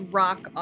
rock